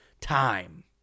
Time